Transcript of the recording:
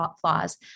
flaws